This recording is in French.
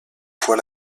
fois